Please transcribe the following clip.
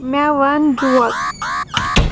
مےٚ وَن جوک